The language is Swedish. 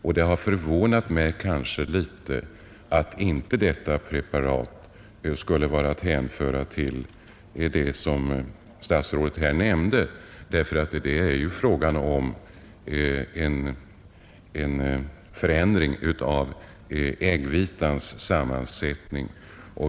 Det har kanske förvånat mig litet att detta preparat inte skulle vara att hänföra till de preparat som statsrådet här nämnde. Det är ju fråga om en förändring av äggvitans sammansättning.